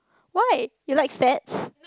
why you like fats